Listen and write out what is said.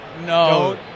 No